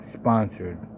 ...sponsored